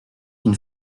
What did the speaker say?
une